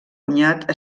cunyat